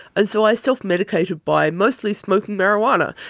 and so i self-medicated by mostly smoking marijuana.